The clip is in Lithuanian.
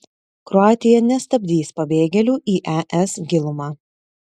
kroatija nestabdys pabėgėlių į es gilumą